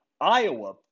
Iowa